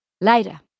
Later